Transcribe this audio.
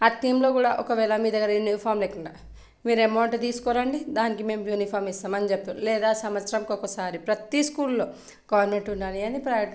ఆ టీంలో కూడా ఒకవేళ మీ దగ్గర యూనిఫామ్ లేకుండా మీరు అమౌంట్ తీసుకురండి మేము దానికి యూనిఫాం ఇస్తామని చెప్తురు లేదా సంవత్సరం ఒకసారి ప్రతి స్కూల్ లో కాన్వెంట్ ఉండని కానీ ప్రైవేట్ వుండని